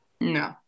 No